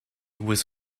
was